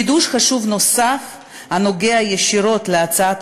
חידוש חשוב נוסף הנוגע ישירות להצעת